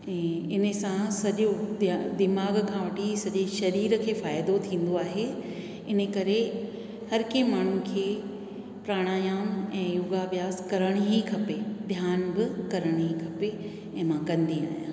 ई इन सां सॼो दिमाग़ खां वठी सॼे शरीर खे फ़ाइदो थींदो आहे इन करे हर कंहिं माण्हू खे प्रणायाम ऐं योगा अभ्यास करणु ई खपे ध्यान बि करणु ई खपे ऐं मां कंदी आहियां